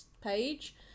page